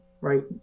right